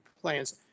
plans